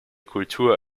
kultur